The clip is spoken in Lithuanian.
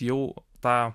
jau tą